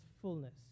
fullness